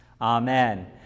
Amen